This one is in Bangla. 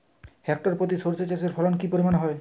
হেক্টর প্রতি সর্ষে চাষের ফলন কি পরিমাণ হয়?